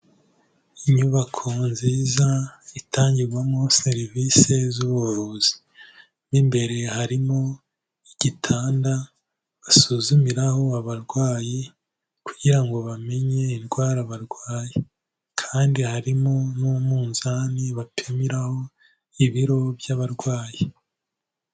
Inyubako nziza itangirwamo serivisi z'ubuvuzi, mo imbere harimo igitanda basuzumiraho abarwayi kugira ngo bamenye indwara barwaye, kandi harimo n'umuzani bapimiraho ibiro by'abarwayi.